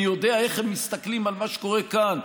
אני יודע איך הם מסתכלים על מה שקורה כאן,